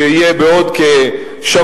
שיהיה בעוד כשבוע,